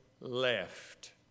left